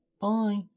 bye